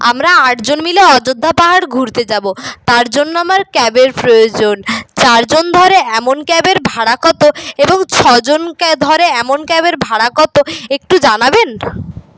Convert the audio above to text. আমরা আটজন মিলে অযোধ্যা পাহাড় ঘুরতে যাব তার জন্য আমার ক্যাবের প্রয়োজন চারজন ধরে এমন ক্যাবের ভাড়া কত এবং ছজনকে ধরে এমন ক্যাবের ভাড়া কত একটু জানাবেন